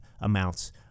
amounts